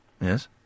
Yes